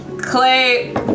Clay